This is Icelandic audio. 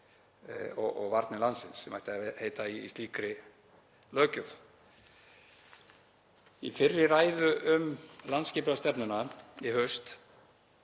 og vörnum landsins sem ættu að vera í slíkri löggjöf. Í fyrri ræðu um landsskipulagsstefnuna í haust